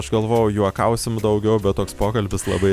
aš galvojau juokausim daugiau bet toks pokalbis labai